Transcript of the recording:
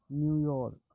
New York